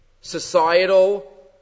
Societal